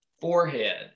Forehead